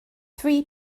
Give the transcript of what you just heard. three